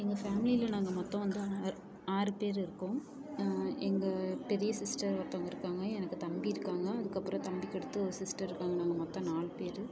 எங்கள் ஃபேமிலியில் நாங்கள் மொத்தம் வந்து ஆர் ஆறு பேர் இருக்கோம் எங்கள் பெரிய சிஸ்டர் ஒருத்தவங்க இருக்காங்க எனக்கு தம்பி இருக்காங்க அதுக்கப்புறம் தம்பிக்கடுத்து ஒரு சிஸ்டர் இருக்காங்க நாங்கள் மொத்தம் நாலு பேர்